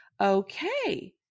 Okay